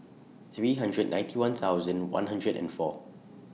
three hundred and ninety one thousand one hundred and four